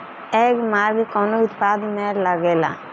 एगमार्क कवने उत्पाद मैं लगेला?